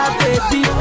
baby